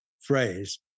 phrase